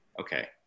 okay